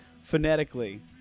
phonetically